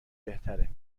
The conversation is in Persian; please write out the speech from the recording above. بهتره